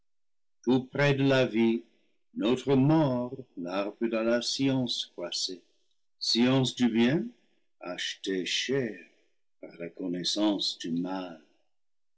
près de la vie notre mort l'arbre de la science croissait science du bien acheté cher par la connaissance du mal